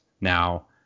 now